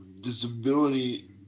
disability